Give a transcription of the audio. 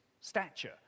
stature